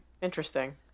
interesting